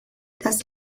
das